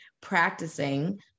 practicing